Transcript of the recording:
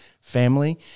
family